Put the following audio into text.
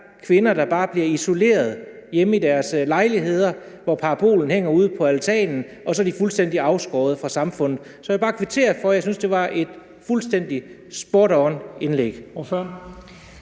kvinder, der bare bliver isoleret hjemme i deres lejligheder, hvor paraboler hænger ude på altanen og de så er fuldstændig afskåret fra samfundet. Så jeg vil bare kvittere for, at jeg synes, det var et fuldstændig spot on indlæg.